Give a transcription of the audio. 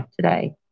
today